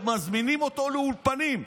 עוד מזמינים אותו לאולפנים.